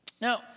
Now